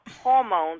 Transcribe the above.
hormones